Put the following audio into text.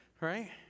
right